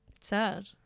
Sad